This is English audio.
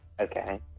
Okay